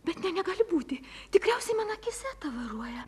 bet ne negali būti tikriausiai man akyse tavaruoja